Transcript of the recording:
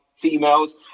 females